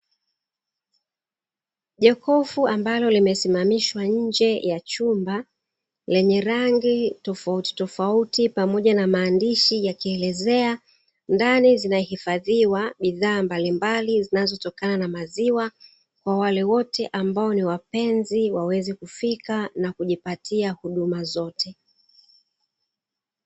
Jokofu ambalo limesimamishwa nje ya chumba lenye rangi tofauti tofauti pamoja na maandishi, yakielezea ndani zinahifadhiwa bidhaa mbalimbali zinazotokana na maziwa kwa wale wote ambao ni wapenzi waweze kufika na kujipatia huduma zote.